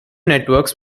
networks